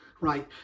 right